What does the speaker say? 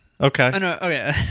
Okay